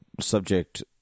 subject